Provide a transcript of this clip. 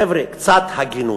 חבר'ה, קצת הגינות.